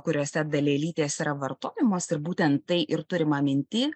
kuriose dalelytės yra vartojamos ir būtent tai ir turima minty